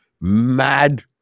mad